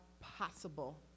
possible